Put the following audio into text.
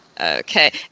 Okay